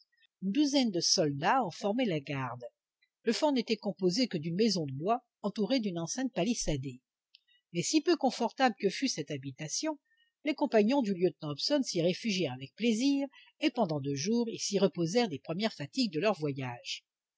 une douzaine de soldats en formaient la garde le fort n'était composé que d'une maison de bois entourée d'une enceinte palissadée mais si peu confortable que fût cette habitation les compagnons du lieutenant hobson s'y réfugièrent avec plaisir et pendant deux jours ils s'y reposèrent des premières fatigues de leur voyage